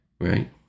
right